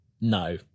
No